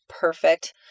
perfect